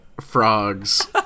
frogs